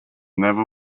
never